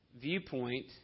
viewpoint